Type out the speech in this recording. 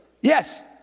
Yes